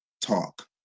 talk